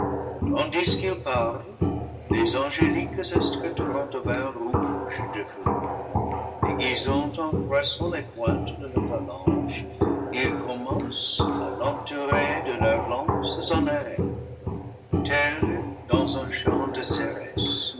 tandis qu'il parle les angéliques escadrons devinrent rouges de feu aiguisant en croissant les pointes de leur phalange ils commencent à l'entourer de leurs lances en arrêt telle dans un champ de